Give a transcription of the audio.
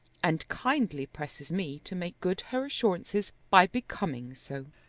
and kindly presses me to make good her assurances by becoming so.